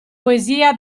poesia